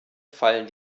fallen